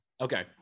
Okay